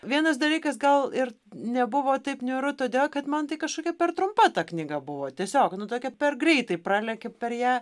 vienas dalykas gal ir nebuvo taip niūru todėl kad man tai kažkokia per trumpa ta knyga buvo tiesiog nu tokia per greitai praleki per ją